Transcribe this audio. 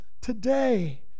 today